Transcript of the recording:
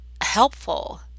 helpful